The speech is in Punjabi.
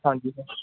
ਹਾਂਜੀ ਸਰ